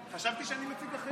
חשבתי שאני מציג אחרי שנואמים.